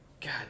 god